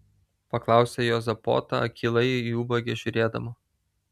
paklausė juozapota akylai į ubagę žiūrėdama